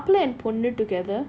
were the together